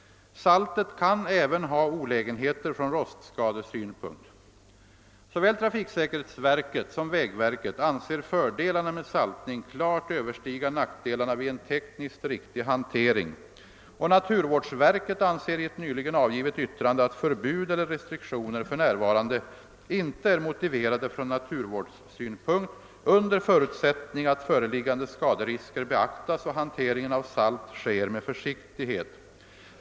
Saltet kan även ha olägenheter från rostskadesynpunkt. Såväl trafiksäkerhetsverket som vägverket anser fördelarna med saltning klart överstiga nackdelarna vid en tekniskt riktig hantering, och naturvårdsverket anser i ett nyligen avgivet yttrande att förbud eller restriktioner för närvarande inte är motiverade från naturvårdssynpunkt under förutsättning att föreliggande skaderisker beaktas och hanteringen av salt sker med försiktighet.